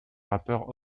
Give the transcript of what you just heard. rappeur